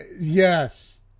yes